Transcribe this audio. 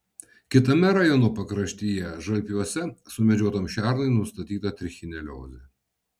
kitame rajono pakraštyje žalpiuose sumedžiotam šernui nustatyta trichineliozė